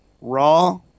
Raw